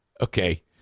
okay